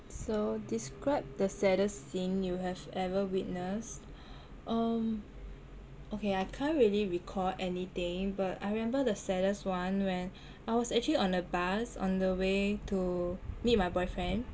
so describe the saddest scene you have ever witnessed um okay I can't really recall anything but I remember the saddest one when I was actually on a bus on the way to meet my boyfriend